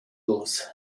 los